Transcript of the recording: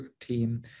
team